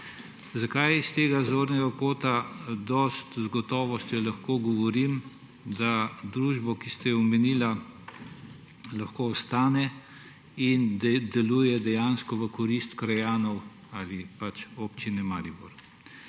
Zakaj iz tega zornega kota dosti z gotovostjo lahko govorim, da družba, ki ste jo omenili, lahko ostane in deluje dejansko v korist krajanov ali pač Občine Maribor?